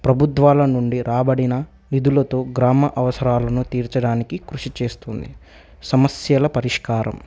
ప్రభుత్వాల నుండి రాబడిన నిధులతో గ్రామ అవసరాలను తీర్చడానికి కృషి చేస్తుంది సమస్యల పరిష్కారం